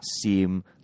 seem